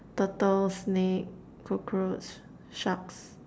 turtle snake cockroach sharks